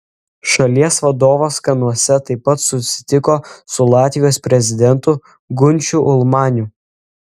šalies vadovas kanuose taip pat susitiko su latvijos prezidentu gunčiu ulmaniu